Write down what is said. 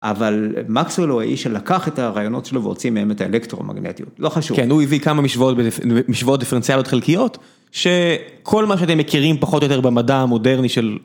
אבל מקסמלו האיש שלקח את הרעיונות שלו והוציא מהם את האלקטרומגנטיות, לא חשוב. כן, הוא הביא כמה משוואות דיפרנציאליות חלקיות שכל מה שאתם מכירים פחות או יותר במדע המודרני של...